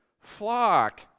flock